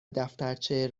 دفترچه